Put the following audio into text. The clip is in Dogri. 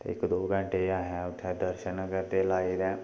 इक दो घैंटे असें उत्थें दर्शन करदे लाए